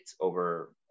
over